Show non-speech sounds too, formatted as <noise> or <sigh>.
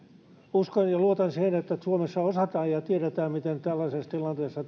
uskon ja luotan siihen että suomessa osataan ja ja tiedetään miten tällaisessa tilanteessa <unintelligible>